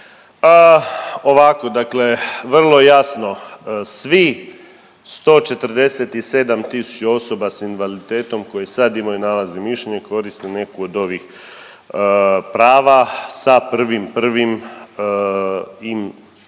Ovako, dakle vrlo jasno, svi 147 tisuća osoba s invaliditetom koje sad imaju nalaz i mišljenje i koriste neku od ovih prava sa 1.1. im